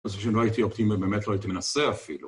אני חושב שלא הייתי אופטימי, באמת לא הייתי מנסה אפילו.